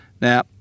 Now